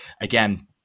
again